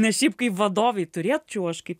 nes šiaip kaip vadovei turėčiau aš kaip